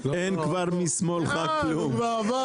גם לאור מה שאמרת כאן בישיבה וגם לאור מה